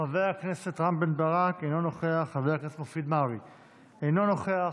חבר הכנסת רם בן ברק, אינו נוכח,